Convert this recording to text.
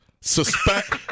Suspect